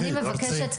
אני מבקשת.